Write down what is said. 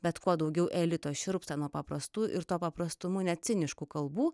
bet kuo daugiau elito šiurpsta nuo paprastų ir to paprastumu neciniškų kalbų